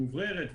מאווררת,